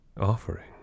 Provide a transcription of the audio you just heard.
Offering